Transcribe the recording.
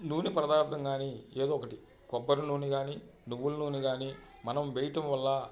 నూనె పదార్ధం గానీ ఏదోకటి కొబ్బరినూనె గానీ నువ్వుల నూనె గానీ మనం వేయటం వల్ల